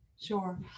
Sure